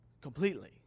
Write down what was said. Completely